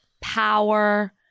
power